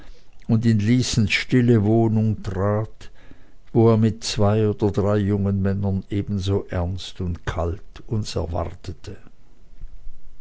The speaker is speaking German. und in lysens stille wohnung trat wo er mit zwei oder drei jungen männern ebenso ernst und kalt uns erwartete